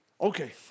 Okay